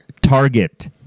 Target